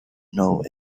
know